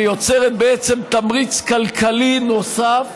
ויוצרת בעצם תמריץ כלכלי נוסף